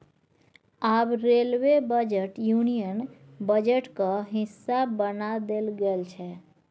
आब railway budget union बजटक हिस्सा बना देल गेल छै